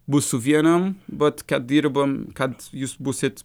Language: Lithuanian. bus su vienam but kad dirbam kad jūs būsit